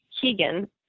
Keegan